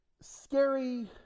scary